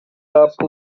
rap